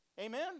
Amen